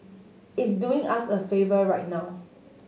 it's doing us a favour right now